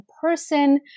person